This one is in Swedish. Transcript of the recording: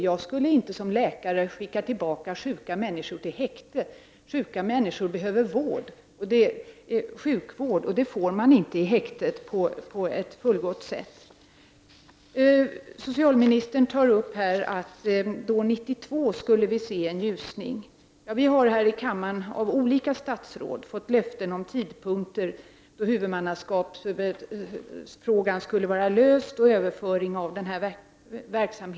Jag skulle inte som läkare skicka tillbaka sjuka människor till häktet. Sjuka människor behöver sjukvård, och det får de inte på ett fullgott sätt i häktet. Socialministern säger här att vi år 1992 kommer att se en ljusning. Vi har här i kammaren av olika statsråd fått löften om tidpunkter då huvudmannaskapsfrågan skulle vara löst och verksamheten överförd.